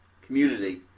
Community